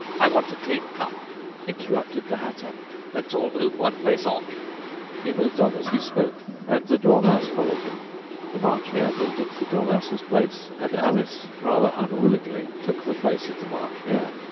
i want a clean cup interrupted the hatter let's all move one place on he moved on as he spoke, and the dormouse followed him the march hare moved into the dormouse's place, and alice rather unwillingly took the place of the march hare.